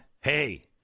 Hey